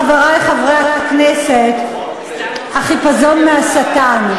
חברי חברי הכנסת, החיפזון מהשטן.